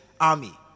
army